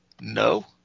No